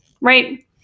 right